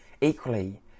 Equally